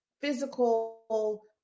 physical